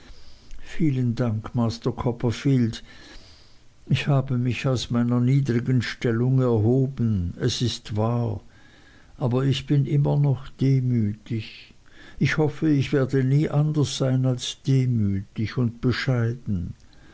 vielen dank master copperfield ich habe mich aus meiner niedrigen stellung erhoben es ist wahr aber ich bin immer noch demütig ich hoffe ich werde nie anders sein als demütig und bescheiden